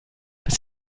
dass